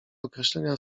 określenia